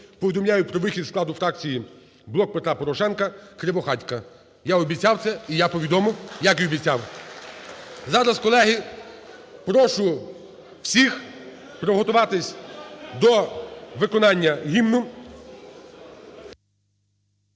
повідомляю про вихід із складу фракції "Блок Петра Порошенка" Кривохатька. Я обіцяв це, і я повідомив, як і обіцяв. Зараз, колеги, прошу всіх приготуватись до виконання Гімну.